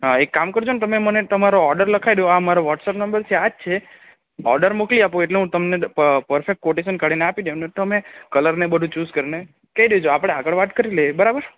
હા એક કામ કરજોને તમે મને તમારો ઓર્ડર લખાવી દો આ મારો વ્હોટ્સએપ નંબર છે આ જ છે ઓર્ડર મોકલી આપો એટલે હું તમને અ પરફેક્ટ ક્વોટેશન કાઢીને આપી દઉં ને તમે કલરને બધું ચૂઝ કરીને કઈ દેજો આપણે આગળ વાત કરી લઈએ બરાબર